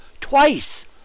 twice